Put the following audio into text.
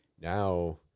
now